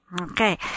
Okay